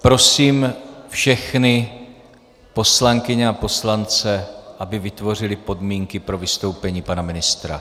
Prosím všechny poslankyně a poslance, aby vytvořili podmínky pro vystoupení pana ministra.